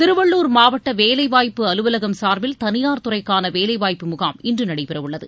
திருவள்ளுர் மாவட்ட வேலைவாய்ப்பு அலுவலகம் சார்பில் தனியார் துறைக்கான வேலைவாய்ப்பு முகாம் இன்று நடைபெறவுள்ளது